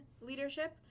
leadership